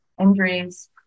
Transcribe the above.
injuries